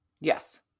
Yes